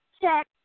check